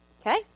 Okay